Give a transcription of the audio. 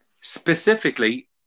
Specifically